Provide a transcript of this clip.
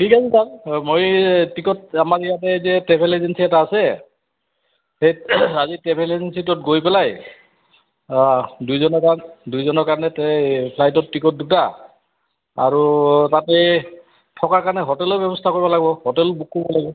ঠিক আছে ছাৰ মই এই টিকট আমাৰ ইয়াতে যে ট্ৰেভেল এজেঞ্চী এটা আছে সেই আজি ট্ৰেভেল এজেঞ্চিটোত গৈ পেলাই দুইজনৰ কাৰণ দুইজনৰ কাৰণে এই ফ্লাইটৰ টিকট দুটা আৰু তাতে থকাৰ কাৰণে হোটেলৰ ব্যৱস্থা কৰিব লাগিব হোটেল বুক কৰিব লাগিব